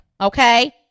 okay